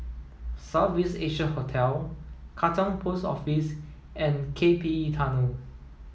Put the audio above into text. South East Asia Hotel Katong Post Office and K P E Tunnel